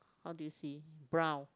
how do you see brown